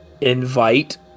invite